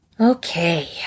okay